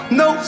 no